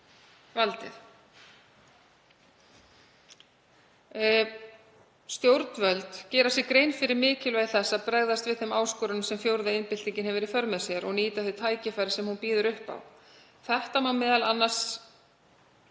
valdið. Stjórnvöld gera sér grein fyrir mikilvægi þess að bregðast við þeim áskorunum sem fjórða iðnbyltingin hefur í för með sér og að nýta þau tækifæri sem hún býður upp á. Þetta má m.a.